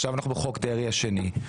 עכשיו אנחנו בחוק דרעי השני,